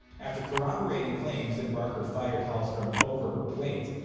after corroborating claims that barker fired hallstrom over her weight,